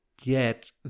get